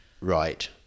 right